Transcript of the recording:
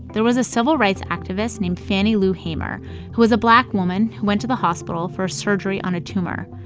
there was a civil rights activist named fannie lou hamer who was a black woman who went to the hospital for surgery on a tumor.